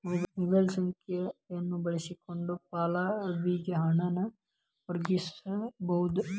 mobile ಸಂಖ್ಯೆಯನ್ನ ಬಳಸಕೊಂಡ ಫಲಾನುಭವಿಗೆ ಹಣನ ವರ್ಗಾಯಿಸಬೋದ್